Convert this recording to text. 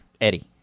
Eddie